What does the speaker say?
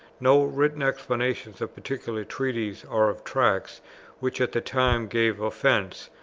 no written explanations of particular treatises or of tracts which at the time gave offence,